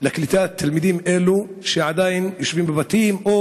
לקליטת תלמידים אלה שעדיין יושבים בבתים או